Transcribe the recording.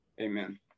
Amen